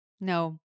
no